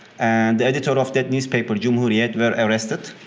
and the editor of that newspaper, cumhuriyet, were arrested.